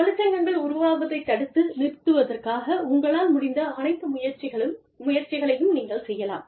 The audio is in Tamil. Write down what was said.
தொழிற்சங்கங்கள் உருவாவதைத் தடுத்து நிறுத்துவதற்காக உங்களால் முடிந்த அனைத்து முயற்சிகளையும் நீங்கள் செய்யலாம்